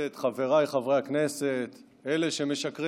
חבר'ה, חברי הכנסת מהליכוד, אתם משקרים